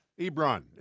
Ebron